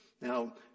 now